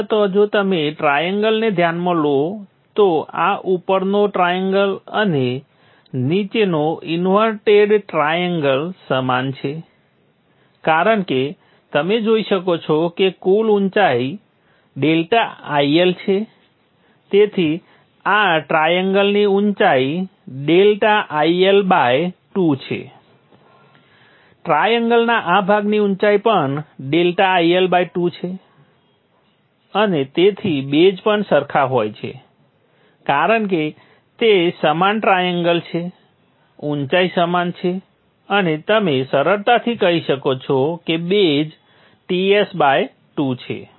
તેમ છતાં જો તમે ટ્રાએંગલને ધ્યાનમાં લો તો આ ઉપરનો ટ્રાએંગલ અને નીચેનો ઇન્વર્ટેડ ટ્રાએંગલ સમાન છે કારણ કે તમે જોઇ શકો છો કે કુલ ઊંચાઈ ∆IL છે તેથી આ ટ્રાએંગલની ઊંચાઈ ∆IL 2 છે ટ્રાએંગલના આ ભાગની ઊંચાઈ પણ ∆IL 2 છે અને તેથી બેઝ પણ સરખા હોય છે કારણ કે તે સમાન ટ્રાએંગલ છે ઊંચાઈ સમાન છે અને તમે સરળતાથી કહી શકો છો કે બેઝ Ts 2 છે